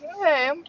Okay